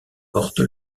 porte